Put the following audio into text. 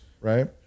right